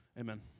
Amen